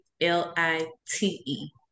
l-i-t-e